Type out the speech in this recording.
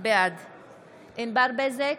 בעד ענבר בזק,